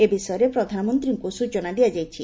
ଏ ବିଷୟରେ ପ୍ରଧାନମନ୍ତ୍ରୀଙ୍କୁ ସୂଚନା ଦିଆଯାଇଛି